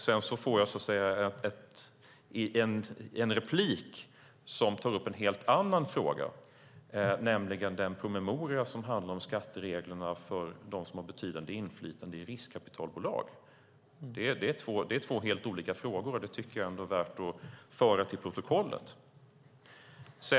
Sedan får jag en replik som tar upp en helt annan fråga, nämligen den promemoria som handlar om skatteregler för dem som har betydande inflytande i riskkapitalbolag. Det är två helt olika frågor, och det tycker jag är värt att föra till protokollet.